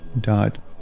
died